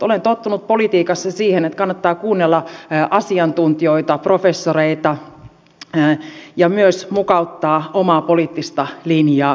olen tottunut politiikassa siihen että kannattaa kuunnella asiantuntijoita professoreita ja myös mukauttaa omaa poliittista linjaa siihen ajatteluun